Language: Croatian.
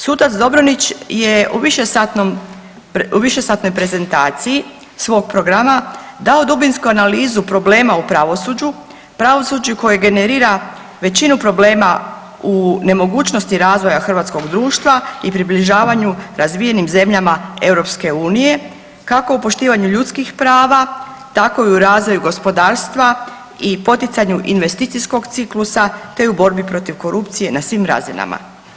Sudac Dobronić je u višesatnoj prezentaciji svog programa dao dubinsku analizu problema u pravosuđu, pravosuđu koje generira većinu problema u nemogućnosti razvoja hrvatskog društva i približavanju razvijenim zemljama EU, kako u poštivanju ljudskih prava, tako i u razvoju gospodarstva i poticanju investicijskog ciklusa, te i u borbi protiv korupcije na svim razinama.